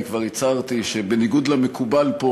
אני כבר הצהרתי שבניגוד למקובל פה,